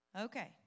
Okay